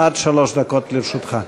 עד שלוש דקות לרשותך.